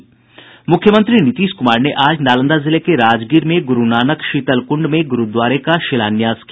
मुख्यमंत्री नीतीश कुमार ने आज नालंदा जिले के राजगीर में गुरूनानक शीतल कुंड में गुरुद्वारे का शिलान्यास किया